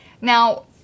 Now